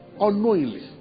Unknowingly